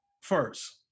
first